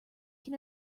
can